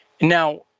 Now